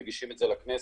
מגישים את זה לכנסת,